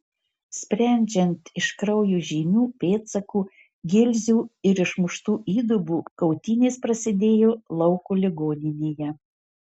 sprendžiant iš kraujo žymių pėdsakų gilzių ir išmuštų įdubų kautynės prasidėjo lauko ligoninėje